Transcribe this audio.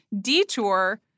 detour